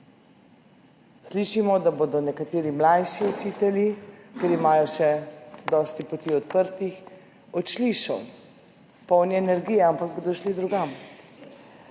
Slišimo, da bodo nekateri mlajši učitelji, ker imajo še dosti poti odprtih, odšli iz šol. Polni energije, ampak bodo šli drugam.